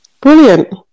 Brilliant